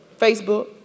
Facebook